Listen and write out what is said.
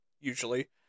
usually